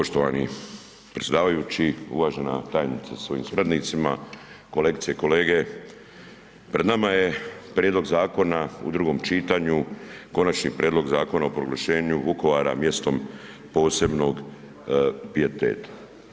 Poštovani predsjedavajući, uvažena tajnice sa svojim suradnicima, kolegice i kolege, pred nama je prijedlog zakona u drugom čitanju Konačni prijedlog Zakona o proglašenju Vukovara mjestom posebnog pijeteta.